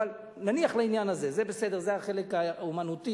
אבל נניח לעניין הזה, זה החלק האמנותי.